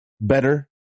better